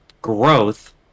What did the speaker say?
growth